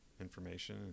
information